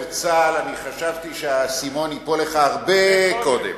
צה"ל חשבתי שהאסימון ייפול לך הרבה קודם